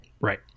right